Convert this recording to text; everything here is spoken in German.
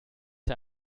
der